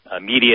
media